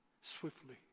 swiftly